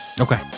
Okay